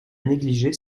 négliger